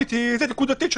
החלטתי נקודתית.